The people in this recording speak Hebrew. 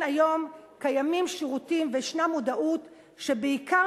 היום קיימים שירותים וישנה מודעות שבעיקר